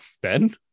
Ben